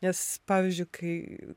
nes pavyzdžiui kai